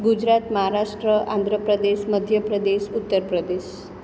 Gujarat Maharashtra Andhra Pradesh Madhya Pradesh Uttar Pradesh